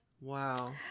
wow